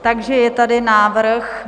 Takže je tady návrh...